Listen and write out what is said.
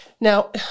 Now